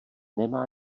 nemá